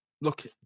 look